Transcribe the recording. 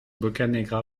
boccanegra